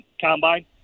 combine